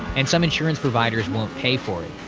and some insurance providers won't pay for it.